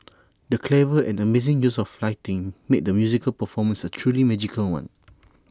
the clever and amazing use of lighting made the musical performance A truly magical one